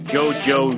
JoJo